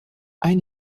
ein